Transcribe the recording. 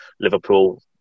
Liverpool